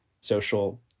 social